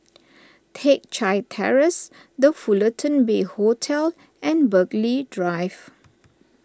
Teck Chye Terrace the Fullerton Bay Hotel and Burghley Drive